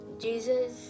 Jesus